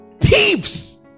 thieves